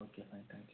okay fine thank you